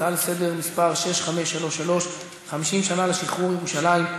הצעה לסדר-היום מס' 6533: חמישים שנה לשחרור ירושלים,